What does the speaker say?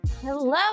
Hello